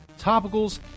topicals